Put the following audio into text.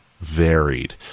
varied